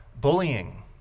bullying